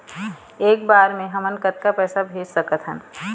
एक बर मे हमन कतका पैसा भेज सकत हन?